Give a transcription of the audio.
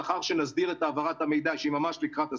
לאחר שנסדיר את העברת המידע שהיא ממש שלקראת הסוף,